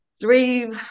three